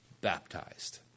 baptized